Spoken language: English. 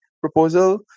proposal